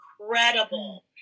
incredible